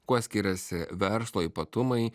kuo skiriasi verslo ypatumai